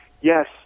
Yes